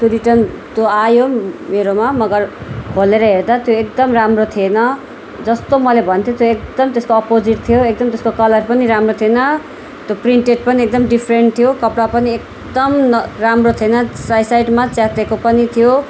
त्यो रिटर्न त्यो आयो पनि मेरोमा मगर खोलेर हेर्दा त्यो एकदम राम्रो थिएन जस्तो मैले भने थिएँ त्यो एकदम त्यसको अपोजिट थियो एकदम त्यसको कलर पनि राम्रो थिएन त्यो प्रिन्टेड पनि एकदम डिफ्रेन्ट थियो कपडा पनि एकदम न राम्रो थिएन साइड साइडमा च्यात्तिएको पनि थियो